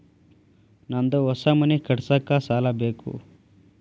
ನಂದು ಹೊಸ ಮನಿ ಕಟ್ಸಾಕ್ ಸಾಲ ಬೇಕು